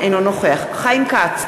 אינו נוכח חיים כץ,